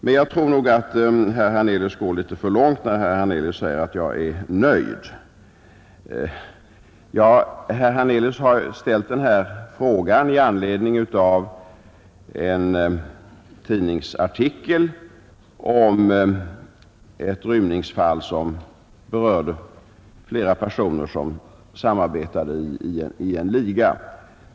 Men jag tror att herr Hernelius går litet för långt när han säger att jag är nöjd. Herr Hernelius har ställt frågan i anledning av en tidningsartikel om ett rymningsfall, som berörde flera personer, som samarbetade i en liga.